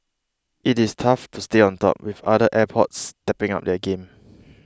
it is tough to stay on top with other airports stepping up their game